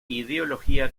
ideología